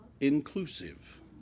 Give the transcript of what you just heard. inclusive